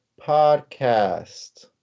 Podcast